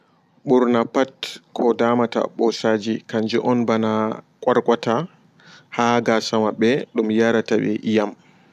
Ɓurna pat kodamata ɓosaaji kanju on ɓana qorqota haa gasaji maɓɓe ɗum yarata ɓe eyam.